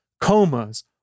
comas